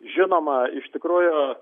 žinoma iš tikrųjų